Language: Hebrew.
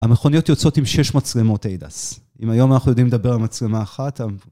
המכוניות יוצאות עם שש מצלמות AIDAS. אם היום אנחנו יודעים לדבר על מצלמה אחת,